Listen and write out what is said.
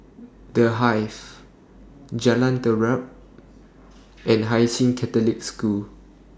The Hive Jalan Terap and Hai Sing Catholic School